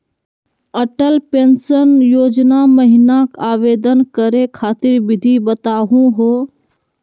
Atal pension योजना महिना आवेदन करै खातिर विधि बताहु हो?